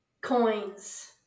Coins